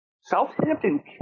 Southampton